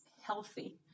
healthy